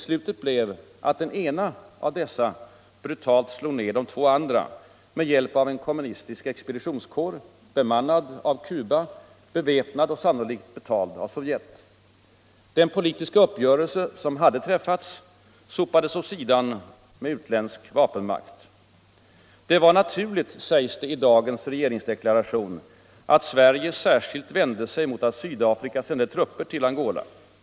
Slutet blev att den ena av dessa brutalt slog ner de andra två med hjälp av en kommunistisk expeditionskår, bemannad av Cuba, beväpnad och sannolikt betald av Sovjet. Den politiska uppgörelse som hade träffats sopades åt sidan av utländsk vapenmakt. Det var naturligt — sägs det i dagens regeringsdeklaration — att Sverige ”särskilt” vände sig mot att Sydafrika sände trupper till Angola.